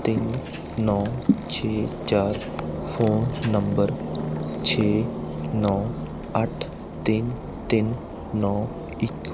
ਤਿੰਨ ਨੌ ਛੇ ਚਾਰ ਫੋਨ ਨੰਬਰ ਛੇ ਨੌ ਅੱਠ ਤਿੰਨ ਤਿੰਨ ਨੌ ਇੱਕ